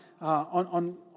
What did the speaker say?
on